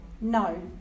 No